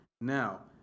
now